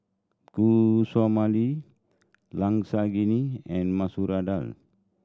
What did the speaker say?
Guacamole Lasagne and Masoor Dal